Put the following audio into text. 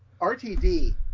RTD